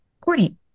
Courtney